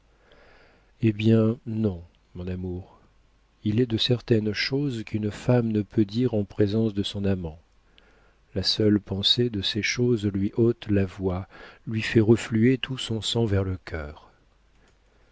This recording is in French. eh bien non mon amour il est de certaines choses qu'une femme ne peut dire en présence de son amant la seule pensée de ces choses lui ôte la voix lui fait refluer tout son sang vers le cœur